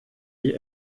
ich